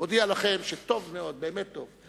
אני מודיע לכם שטוב מאוד, באמת טוב.